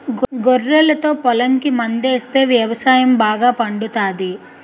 గొర్రెలతో పొలంకి మందాస్తే వ్యవసాయం బాగా పండుతాది